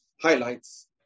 highlights